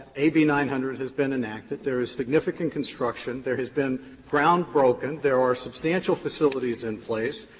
a b. nine hundred has been enacted. there is significant construction. there has been ground broken. there are substantial facilities in place.